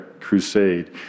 crusade